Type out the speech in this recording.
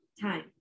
time